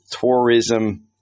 tourism